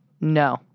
No